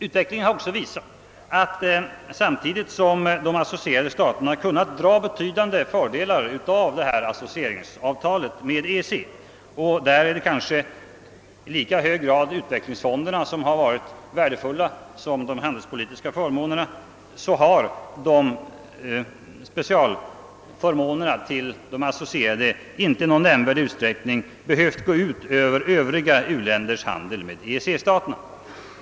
Utvecklingen har också visat att samtidigt som de associerade staterna kunnat dra betydande fördelar av associeringsavtalet med EEC — och där är det kanske i lika hög grad utvecklingsfonderna som de handelspolitiska förmånerna som har varit värdefulla — har specialförmånerna till de associerade inte i någon nämnvärd utsträckning behövt gå ut över övriga u-länders handel med EEC-staterna.